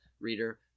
reader